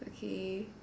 okay